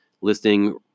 listing